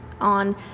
on